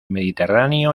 mediterráneo